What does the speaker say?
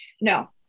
No